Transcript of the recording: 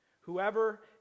Whoever